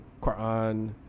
Quran